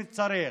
אם צריך,